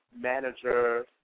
manager